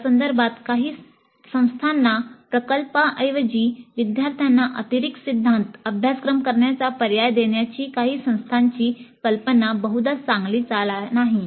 या संदर्भात काही संस्थांना प्रकल्पांऐवजी विद्यार्थ्यांना अतिरिक्त सिद्धांत अभ्यासक्रम करण्याचा पर्याय देण्याची काही संस्थांची कल्पना बहुधा चांगली चाल नाही